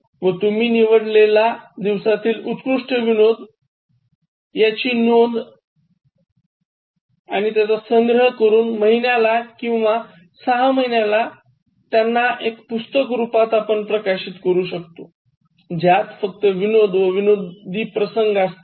व तुम्ही निवडलेला दिवसातील उत्कृष्ट विनोद यांइनोदी चा संग्रह करून महिन्याला किंवा सहा महिन्याला त्याना एका पुस्तक रूपात प्रकाशित करा ज्यात फक्त विनोद व विनोदी प्रसंग असतील